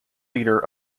leader